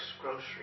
Grocery